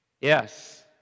yes